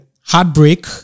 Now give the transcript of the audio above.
heartbreak